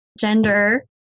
gender